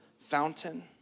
fountain